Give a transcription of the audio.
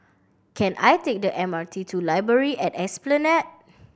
can I take the M R T to Library at Esplanade